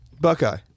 Buckeye